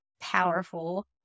powerful